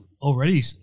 already